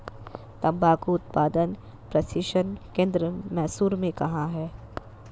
तंबाकू उत्पादन प्रशिक्षण केंद्र मैसूर में कहाँ है?